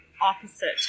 opposite